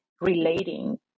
relating